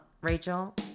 Rachel